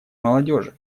молодежи